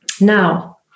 Now